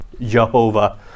Jehovah